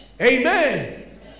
Amen